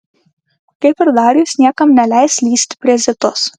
kaip ir darijus niekam neleis lįsti prie zitos